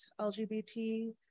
LGBT